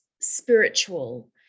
spiritual